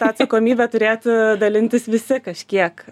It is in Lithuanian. tą atsakomybę turėtų dalintis visi kažkiek